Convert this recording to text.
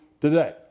today